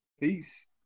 Peace